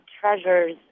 Treasures